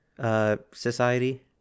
society